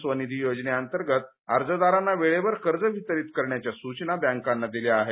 स्वनिधी योजनेअंतर्गत अर्जदारांना वेळेवर कर्ज वितरित करण्याच्या सूचना बँकांना दिल्या आहेत